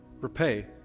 repay